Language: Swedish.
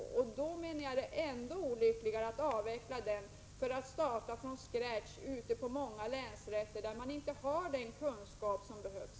Under sådana förhållanden menar jag att det är olyckligt att man avvecklar den och startar från scratch ute på många länsrätter — länsrätter som i dag inte har den kunskap som behövs.